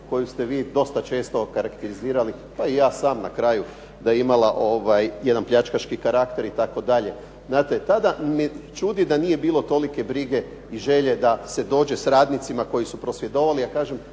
koju ste vi dosta često okarakterizirali i ja sam na kraju da je imala jedan pljačkaški karakter itd., tada me čudi da nije bilo tolike brige i želje da se dođe s radnicima koji su prosvjedovali